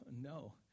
no